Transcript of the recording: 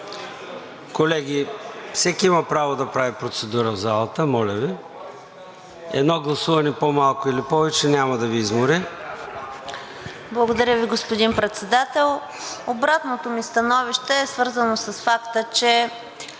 Колеги, всеки има право да прави процедура в залата, моля Ви. Едно гласуване по-малко или повече няма да Ви измори. ДЕСИСЛАВА АТАНАСОВА (ГЕРБ-СДС): Благодаря Ви, господин Председател. Обратното ми становище е свързано с факта, че